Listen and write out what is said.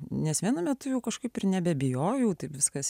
nes vienu metu jau kažkaip ir nebebijojau taip viskas